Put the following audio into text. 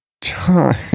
time